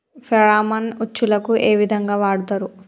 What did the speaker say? Pheromone ఉచ్చులకు ఏ విధంగా వాడుతరు?